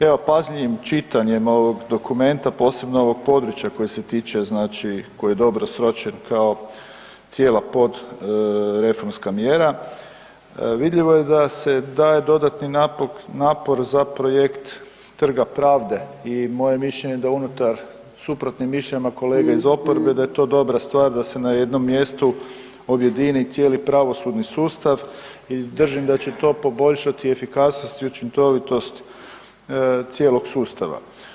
Evo pažljivim čitanjem ovoga dokumenta, posebno ovog područja koje se tiče znači koji je dobro sročen kao cijela podreformska mjera vidljivo je da se daje dodatni napor za projekt trga pravda i moje je mišljenje da unutar suprotnim mišljenjima kolege iz oporbe da je to dobra stvar da se na jednom mjestu objedini cijeli pravosudni sustav i držim da će to poboljšati efikasnost i učinkovitost cijelog sustava.